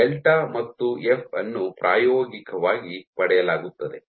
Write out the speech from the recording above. delta ಮತ್ತು F ಅನ್ನು ಪ್ರಾಯೋಗಿಕವಾಗಿ ಪಡೆಯಲಾಗುತ್ತದೆ